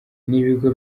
n’ibigo